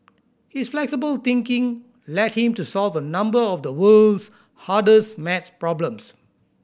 his flexible thinking led him to solve a number of the world's hardest maths problems